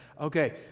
Okay